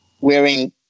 wearing